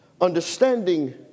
understanding